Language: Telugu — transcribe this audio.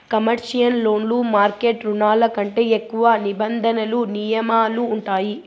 కమర్షియల్ లోన్లు మార్కెట్ రుణాల కంటే ఎక్కువ నిబంధనలు నియమాలు ఉంటాయి